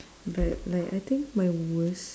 but like I think my worst